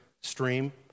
stream